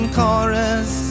chorus